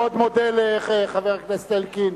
אני מאוד מודה לחבר הכנסת אלקין,